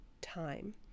time